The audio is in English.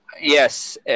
Yes